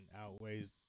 outweighs